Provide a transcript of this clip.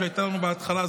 שהייתה לנו בהתחלה.